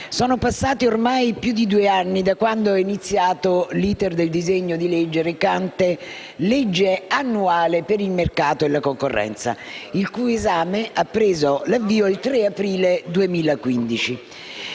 sono passati ormai più di due anni da quando è iniziato l'*iter* del disegno di legge recante la legge annuale per il mercato e la concorrenza, il cui esame ha preso l'avvio il 3 aprile 2015.